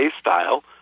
style